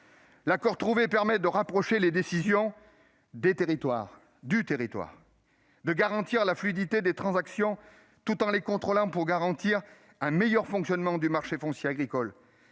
sûr !... permet de rapprocher la décision du territoire, de garantir la fluidité des transactions tout en les contrôlant pour garantir un meilleur fonctionnement du marché foncier agricole